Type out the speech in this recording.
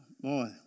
Boy